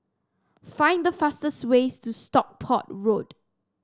find the fastest ways to Stockport Road